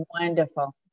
wonderful